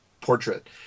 portrait